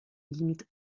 limite